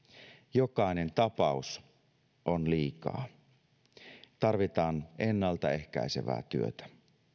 jokainen tapaus on liikaa tarvitaan ennaltaehkäisevää työtä